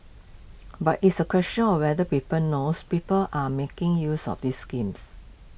but it's A question of whether people knows people are making use of this schemes